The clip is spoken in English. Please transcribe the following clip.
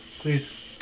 Please